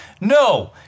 No